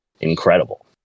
incredible